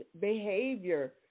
behavior